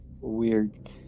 weird